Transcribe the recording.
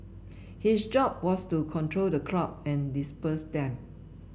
his job was to control the crowd and disperse them